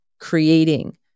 creating